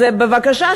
אז בבקשה,